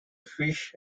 fish